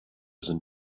sind